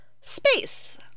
space